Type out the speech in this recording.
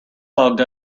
fogged